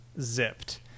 zipped